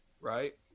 right